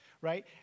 Right